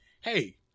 hey